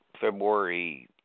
February